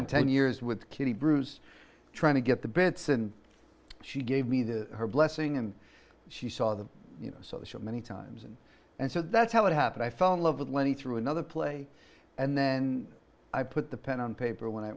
in ten years with kitty bruce trying to get the bits and she gave me the her blessing and she saw the social many times and and so that's how it happened i fell in love with lenny through another play and then i put the pen on paper when i